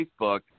Facebook